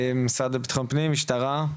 משרד לביטחון פנים, המשטרה.